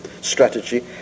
strategy